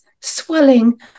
swelling